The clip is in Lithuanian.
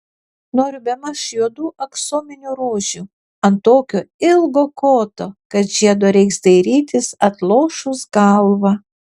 noriu bemaž juodų aksominių rožių ant tokio ilgo koto kad žiedo reiks dairytis atlošus galvą